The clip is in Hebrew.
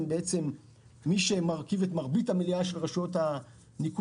הרשויות המקומיות מרכיבות את מרבית המליאה של רשויות הניקוז,